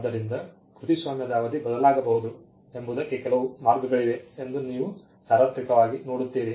ಆದ್ದರಿಂದ ಕೃತಿಸ್ವಾಮ್ಯದ ಅವಧಿ ಬದಲಾಗಬಹುದು ಎಂಬುದಕ್ಕೆ ಕೆಲವು ಮಾರ್ಗಗಳಿವೆ ಎಂದು ನೀವು ಸಾರ್ವತ್ರಿಕವಾಗಿ ನೋಡುತ್ತೀರಿ